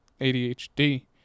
ADHD